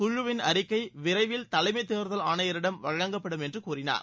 குழுவின் அறிக்கை விரைவில் தலைமைத் தேர்தல் ஆணையரிடம் வழங்கப்படும் என்று அவர் கூறினார்